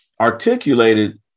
articulated